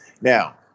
Now